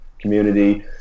community